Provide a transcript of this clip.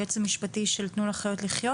היועץ המשפטי של 'תנו לחיות לחיות'.